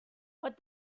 what